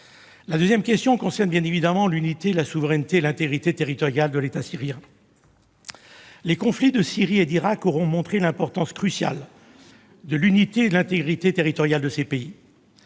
Une deuxième question a trait bien évidemment à l'unité, à la souveraineté et à l'intégrité territoriale de l'État syrien. Les conflits de Syrie et d'Irak auront montré l'importance cruciale de l'unité et de l'intégrité territoriale de ces pays.